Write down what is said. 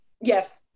Yes